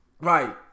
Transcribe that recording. Right